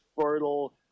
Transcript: fertile